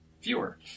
fewer